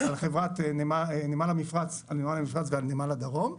על חברת נמל המפרץ ועל נמל הדרום,